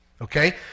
Okay